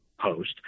post